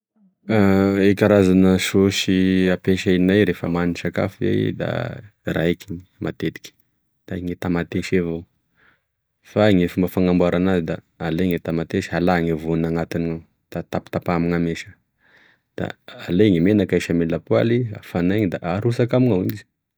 E karazana sosy ampesainay refa mandry sakafo iay da raiky matetiky da gne tamatesy avao fa gne fomba fanamboaran'azy da alaigne tamatesy alagne voniny anatiny da tapitapaha amina mesa da alay e menaky ahisy ame lapoaly da afanay da arosaka amignao izy.